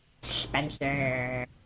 Spencer